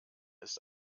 ist